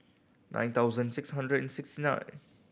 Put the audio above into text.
nine thousand six hundred and sixty nine